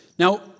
Now